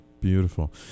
beautiful